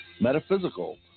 metaphysical